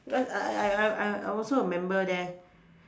because I I I I I also a member there